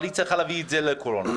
אבל היא צריכה להביא את זה לוועדת קורונה.